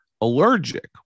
allergic